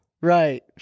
Right